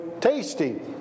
tasty